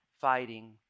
fighting